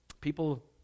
People